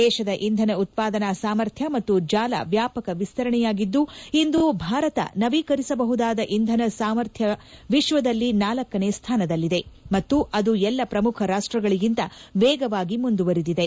ದೇಶದ ಇಂಧನ ಉತ್ಪಾದನಾ ಸಾಮರ್ಥ್ಯ ಮತ್ತು ಜಾಲ ವ್ಯಾಪಕ ವಿಸ್ತರಣೆಯಾಗಿದ್ದುಇಂದು ಭಾರತ ನವೀಕರಿಸಬಹುದಾದ ಇಂಧನ ಸಾಮರ್ಥ್ನ ವಿಶ್ವದಲ್ಲಿ ಳನೇ ಸ್ಥಾನದಲ್ಲಿದೆ ಮತ್ತು ಅದು ಎಲ್ಲ ಪ್ರಮುಖ ರಾಷ್ಟಗಳಿಗಿಂತ ವೇಗವಾಗಿ ಮುಂದುವರಿದಿದೆ